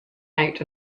out